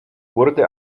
wurde